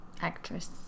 Actress